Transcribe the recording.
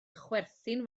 chwerthin